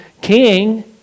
king